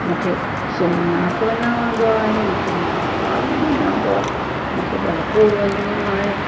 मूंखे सोमनाथ वञणु वणंदो आहे मूंखे महाकाल वञण वणंदो आहे मूंखे डाकोर वञिणो आहे